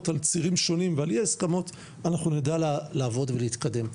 על צירים שונים ועל אי הסכמות אנחנו נדע לעבוד ולהתקדם.